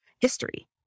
history